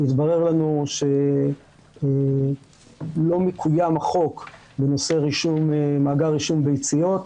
התברר לנו שלא מקויים החוק בנושא מאגר רישום ביציות,